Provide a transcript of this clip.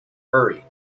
hurry